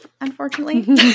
unfortunately